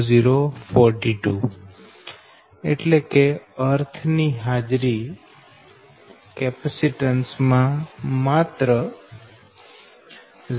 0042 એટલે કે અર્થ ની હાજરી કેપેસીટન્સ માં માત્ર 0